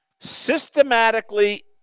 systematically